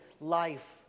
life